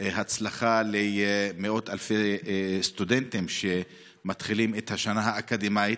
הצלחה למאות אלפי סטודנטים שמתחילים את השנה האקדמית.